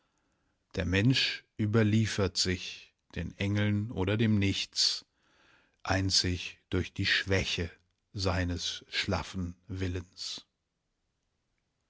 der mensch überliefert sich den engeln oder dem nichts einzig durch die schwäche seines schlaffen willens